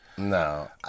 No